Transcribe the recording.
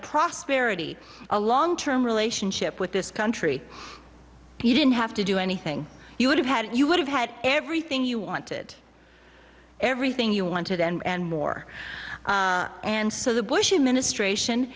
prosperity a long term relationship with this country you didn't have to do anything you would have had you would have had everything you wanted everything you wanted and more and so the bush administration